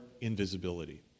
invisibility